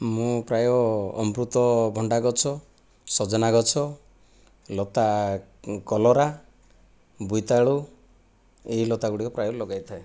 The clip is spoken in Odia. ମୁଁ ପ୍ରାୟ ଅମୃତଭଣ୍ଡା ଗଛ ସଜନା ଗଛ ଲତା କଲରା ବୋଇତାଳୁ ଏଇ ଲତା ଗୁଡ଼ିକ ପ୍ରାୟ ଲଗାଇଥାଏ